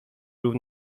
rów